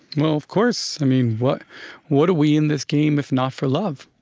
well, of course. i mean what what are we in this game, if not for love?